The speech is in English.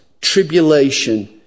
tribulation